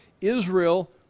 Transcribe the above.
Israel